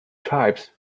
tribes